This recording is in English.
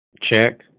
Check